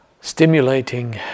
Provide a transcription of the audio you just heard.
stimulating